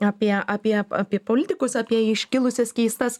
apie apie apie politikus apie iškilusias keistas